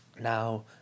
Now